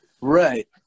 right